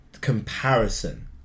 comparison